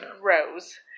Rose